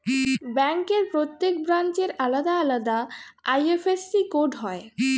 ব্যাংকের প্রত্যেক ব্রাঞ্চের আলাদা আলাদা আই.এফ.এস.সি কোড হয়